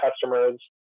customers